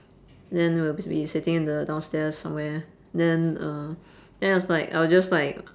then we'll be sitting in the downstairs somewhere then uh then I was like I was just like